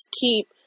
keep